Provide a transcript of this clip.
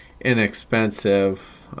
inexpensive